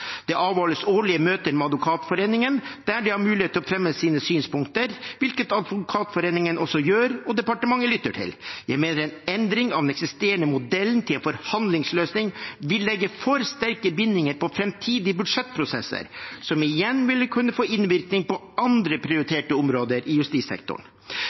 Det avholdes årlige møter med Advokatforeningen, der de har mulighet til å fremme sine synspunkter, hvilket Advokatforeningen også gjør, og departementet lytter. Jeg mener en endring av den eksisterende modellen til forhandlingsløsning vil legge for sterke bindinger på framtidige budsjettprosesser, som igjen vil kunne få innvirkning på andre prioriterte områder i justissektoren.